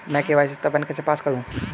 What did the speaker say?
मैं के.वाई.सी सत्यापन कैसे पास करूँ?